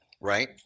right